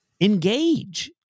engage